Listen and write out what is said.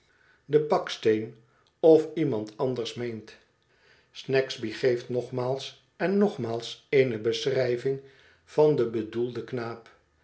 den baksteen of iemand anders meent snagsby geeft nogmaals en nogmaals eene beschrijving van den bedoelden knaap